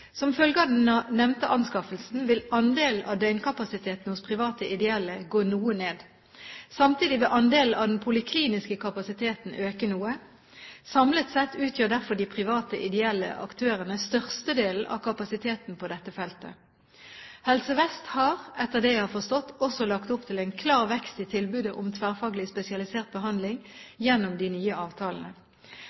Som følge av den nevnte anskaffelsen vil andelen av døgnkapasiteten hos private ideelle gå noe ned. Samtidig vil andelen av den polikliniske kapasiteten øke noe. Samlet sett utgjør derfor de private ideelle aktørene størstedelen av kapasiteten på dette feltet. Helse Vest har, etter det jeg har forstått, også lagt opp til en klar vekst i tilbudet om tverrfaglig spesialisert behandling gjennom de nye avtalene.